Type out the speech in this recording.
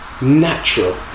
natural